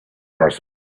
horsemen